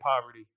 poverty